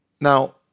Now